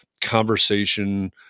conversation